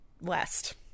west